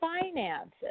finances